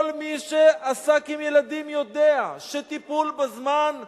כל מי שעסק בילדים יודע שטיפול בזמן מועיל,